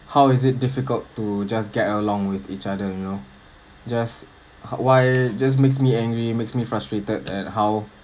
how is it difficult to just get along with each other you know just why just makes me angry makes me frustrated at how